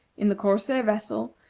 in the corsair vessel,